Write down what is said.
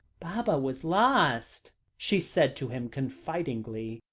baba was lost, she said to him confidingly.